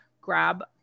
grab